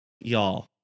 y'all